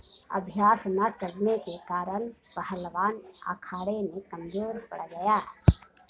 अभ्यास न करने के कारण पहलवान अखाड़े में कमजोर पड़ गया